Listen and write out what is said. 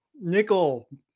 Nickel